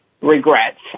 regrets